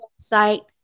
website